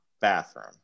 bathroom